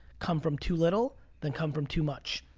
come from too little than come from too much.